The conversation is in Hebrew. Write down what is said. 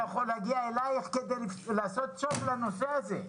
יכול להגיע אלייך כדי לעשות סוף לנושא הזה.